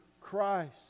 Christ